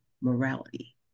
morality